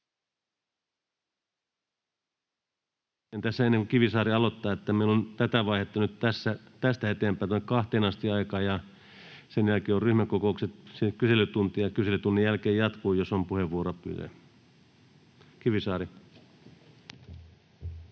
ennen kuin Kivisaari aloittaa: meillä on tätä vaihetta aikaa nyt tästä eteenpäin tuonne kahteen asti, ja sen jälkeen on ryhmäkokoukset sinne kyselytuntiin, ja kyselytunnin jälkeen jatkuu, jos on puheenvuoropyyntöjä. — Kivisaari.